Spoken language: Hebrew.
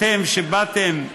אתם, שבאתם מהגלות,